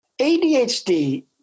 ADHD